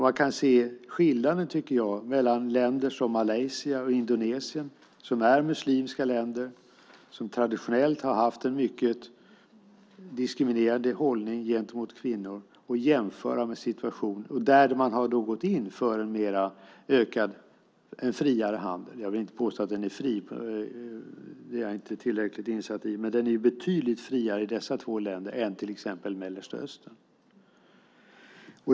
Man kan se på länder som Malaysia och Indonesien, som är muslimska länder och som traditionellt har haft en mycket diskriminerande hållning gentemot kvinnor men där man har gått in för en friare handel - jag vill inte påstå att den är fri, men den är betydligt friare än i till exempel länderna i Mellanöstern.